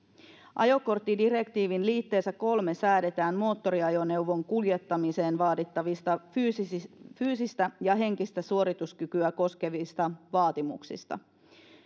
ajokorttidirektiivin liitteessä kolmeen säädetään moottoriajoneuvon kuljettamiseen vaadittavista fyysistä fyysistä ja henkistä suorituskykyä koskevista vaatimuksista